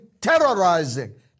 terrorizing